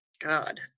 God